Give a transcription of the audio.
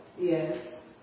Yes